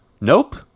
Nope